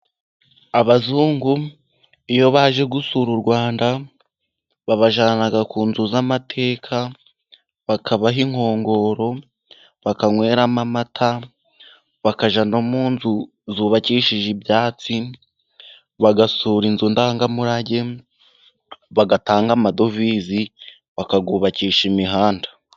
Abazungu iyo baje gusura Urwanda, babajyana ku nzu z'amateka, bakabaha inkongoro bakanyweramo amata, bakajya no mu nzu zubakishije ibyatsi, bagasura inzu ndangamurage, bagatanga amadovizi bakayuwubakisha imihanda.